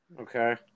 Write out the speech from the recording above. Okay